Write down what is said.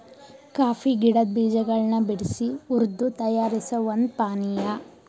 coffee ಗಿಡದ್ ಬೀಜಗಳನ್ ಬಿಡ್ಸಿ ಹುರ್ದು ತಯಾರಿಸೋ ಒಂದ್ ಪಾನಿಯಾ